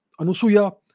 Anusuya